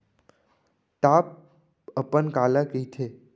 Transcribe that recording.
Top अपन काला कहिथे?